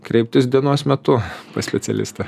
kreiptis dienos metu pas specialistą